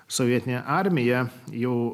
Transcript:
sovietinė armija jau